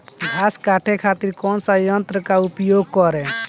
घास काटे खातिर कौन सा यंत्र का उपयोग करें?